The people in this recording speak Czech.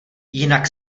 jinak